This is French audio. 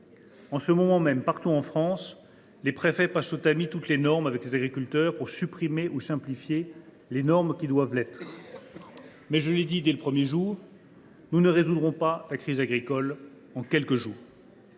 En ce moment même, partout en France, les préfets passent au tamis toutes les normes, avec les agriculteurs, pour supprimer ou simplifier celles qui doivent l’être. « Toutefois, comme je l’ai dit dès le premier jour, nous ne résoudrons pas la crise agricole en quelques jours.